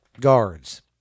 guards